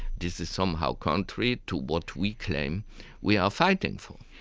this is somehow contrary to what we claim we are fighting for.